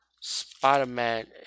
Spider-Man